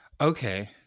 Okay